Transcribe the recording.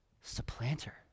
Supplanter